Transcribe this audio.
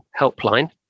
Helpline